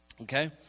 Okay